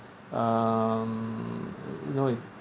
um no way